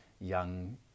young